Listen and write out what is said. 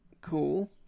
Cool